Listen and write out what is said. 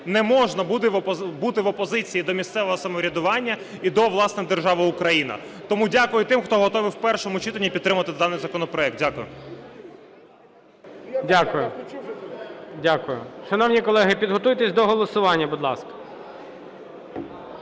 не можна бути в опозиції до місцевого самоврядування і до, власне, держави Україна. Тому дякую тим, хто готовий у першому читанні підтримати даний законопроект. Дякую. ГОЛОВУЮЧИЙ. Дякую. Шановні колеги, підготуйтесь до голосування, будь ласка.